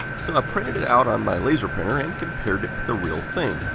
so, ah printed it out on my laser printer and compared it with the real thing.